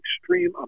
extreme